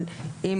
אבל אם